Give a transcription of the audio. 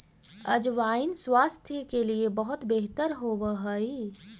अजवाइन स्वास्थ्य के लिए बहुत बेहतर होवअ हई